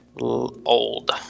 old